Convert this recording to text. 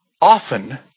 often